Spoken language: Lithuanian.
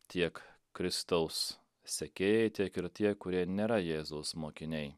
tiek kristaus sekėjai tiek ir tie kurie nėra jėzaus mokiniai